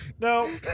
No